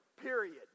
period